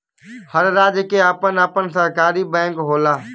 हर राज्य के आपन आपन सरकारी बैंक होला